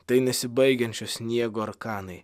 tai nesibaigiančio sniego arkanai